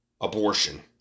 abortion